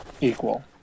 equal